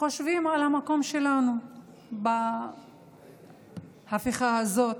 חושבים על המקום שלנו בהפיכה הזאת.